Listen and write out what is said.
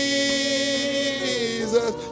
Jesus